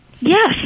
Yes